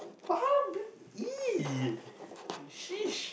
!huh! beauty !ee! sheesh